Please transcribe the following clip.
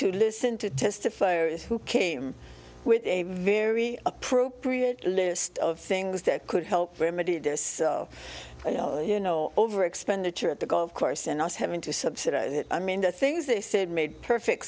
to listen to testify as who came with a very appropriate list of things that could help very many this you know you know over expenditure at of course and not having to subsidize it i mean the things they said made perfect